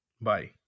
Bye